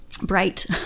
Bright